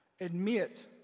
Admit